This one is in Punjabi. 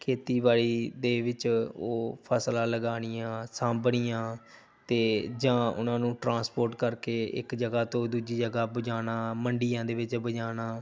ਖੇਤੀਬਾੜੀ ਦੇ ਵਿੱਚ ਉਹ ਫਸਲਾਂ ਲਗਾਉਣੀਆਂ ਸਾਂਭਣੀਆਂ ਅਤੇ ਜਾਂ ਉਹਨਾਂ ਨੂੰ ਟਰਾਂਸਪੋਰਟ ਕਰਕੇ ਇੱਕ ਜਗ੍ਹਾ ਤੋਂ ਦੂਜੀ ਜਗ੍ਹਾ ਪੁਜਾਣਾ ਮੰਡੀਆਂ ਦੇ ਵਿੱਚ ਪੁਜਾਣਾ